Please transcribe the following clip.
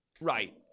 right